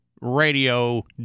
radio